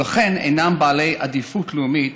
ולכן אינם בעלי עדיפות לאומית,